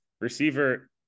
receiver